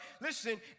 Listen